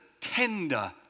tender